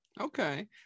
Okay